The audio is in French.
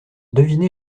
deviner